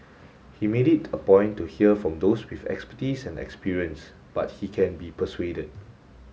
he made it a point to hear from those with expertise and experience but he can be persuaded